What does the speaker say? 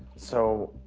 so,